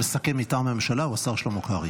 המסכם מטעם הממשלה הוא השר שלמה קרעי.